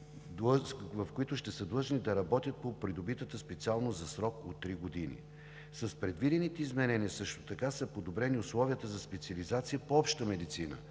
в които ще са длъжни да работят по придобитата специалност за срок от три години. С предвидените изменения също така са подобрени условията за специализация по Обща медицина.